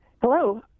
Hello